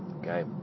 okay